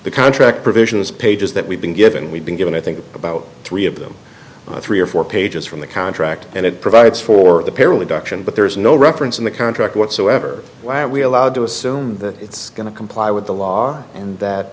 the contract provisions pages that we've been given we've been given i think about three of them three or four pages from the contract and it provides for apparently duction but there is no reference in the contract whatsoever why are we allowed to assume that it's going to comply with the law and that